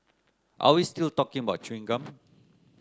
are we still talking about chewing gum